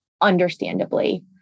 understandably